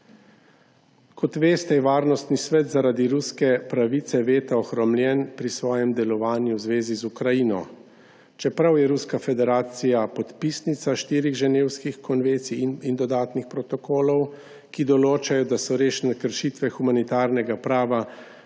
Kot veste, je Varnostni svet zaradi ruske pravice veta ohromljen pri svojem delovanju v zvezi z Ukrajino. Čeprav je Ruska federacija podpisnica štirih Ženevskih konvencij in dodatnih protokolov, ki določajo, da so resne kršitve humanitarnega prava